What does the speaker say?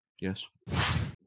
Yes